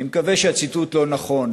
אני מקווה שהציטוט לא נכון,